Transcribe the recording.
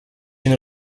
une